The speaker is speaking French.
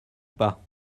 pas